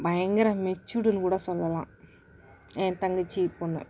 பயங்கரம் மெச்சூர்டுன்னு கூட சொல்லலாம் என் தங்கச்சி பொண்ணு